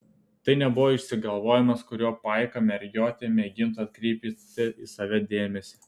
tai nebuvo išsigalvojimas kuriuo paika mergiotė mėgintų atkreipti į save dėmesį